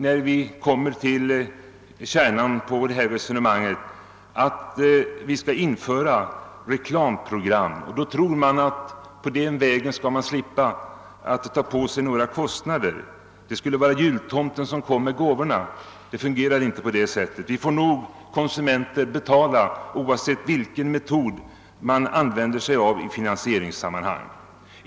När man kommer till kärnan visar det sig att det gäller att införa reklamprogram för att vi på det sättet skall slippa ta på oss några kostnader. Det skulle vara som när jultomten kommer med gåvorna, men det fungerar inte på det sättet. Vi konsumenter får nog betala oavsett vilken finansieringsmetod som används.